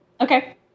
Okay